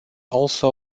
also